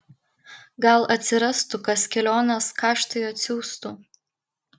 gal atsirastų kas kelionės kaštui atsiųstų